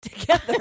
together